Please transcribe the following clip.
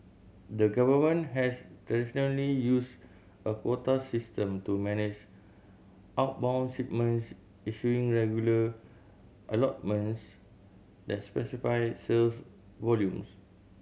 the government has traditionally used a quota system to manage outbound shipments issuing regular allotments that specify sales volumes